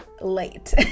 late